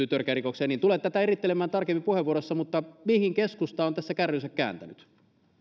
törkeään rikokseen tulen tätä erittelemään tarkemmin puheenvuorossa mutta mihin keskusta on tässä kärrynsä kääntänyt